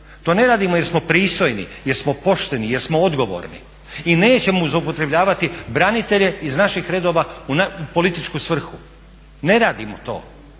To ne radimo jer smo pristojni, jer smo pošteni, jer smo odgovorni i nećemo zloupotrebljavati branitelje iz naših redova u političku svrhu. Ne radimo to